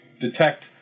detect